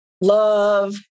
love